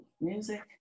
music